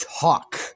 talk